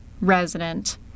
resident